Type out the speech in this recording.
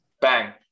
bang